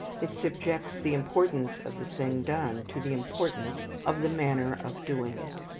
it subjects the importance of the thing done to the importance of the manner of doing it.